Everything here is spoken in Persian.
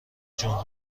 جون